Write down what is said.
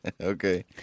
Okay